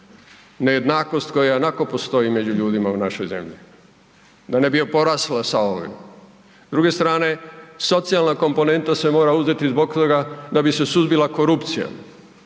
nejednakost koja ionako postoji među ljudima u našoj zemlji, da ne bi porasla s ovim. S druge strane socijalna komponenta se mora uzeti zbog toga da bi se suzbila korupcija